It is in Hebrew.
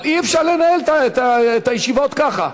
אבל אי-אפשר לנהל את הישיבות ככה.